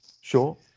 Sure